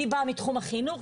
אני באה מתחום החינוך,